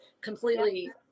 completely